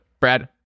Brad